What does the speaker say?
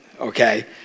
okay